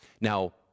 Now